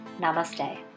Namaste